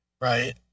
right